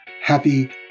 happy